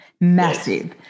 massive